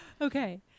Okay